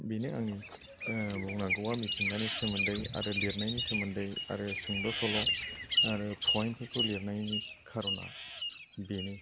बेनो आंनि बुंनांगौआ मिथिंगानि सोमोन्दै आरो लिरनायनि सोमोन्दै आरो सुंद' सल' आरो फयमफोरखौ लिरनायनि खारनआ बेनो